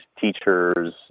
teachers